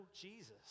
Jesus